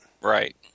right